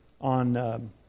on